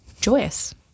Joyous